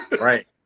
Right